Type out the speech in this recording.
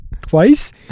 twice